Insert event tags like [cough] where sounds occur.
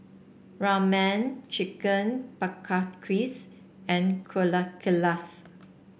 Ramen Chicken [unintelligible] and [unintelligible]